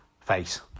face